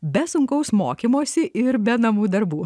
be sunkaus mokymosi ir be namų darbų